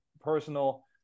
personal